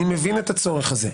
אני מבין את הצורך הזה.